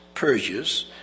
Purges